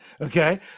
Okay